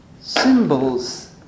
symbols